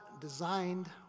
designed